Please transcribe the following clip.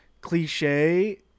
cliche